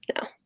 no